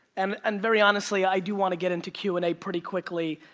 um and very honestly, i do want to get into q and a pretty quickly,